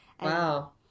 Wow